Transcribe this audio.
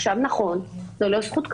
עכשיו נכון, זה לא זכות קנויה.